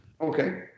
Okay